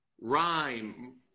rhyme